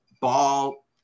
ball